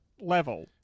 level